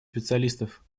специалистов